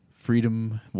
Freedom